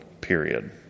period